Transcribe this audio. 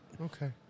Okay